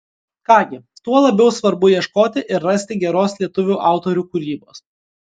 ką gi tuo labiau svarbu ieškoti ir rasti geros lietuvių autorių kūrybos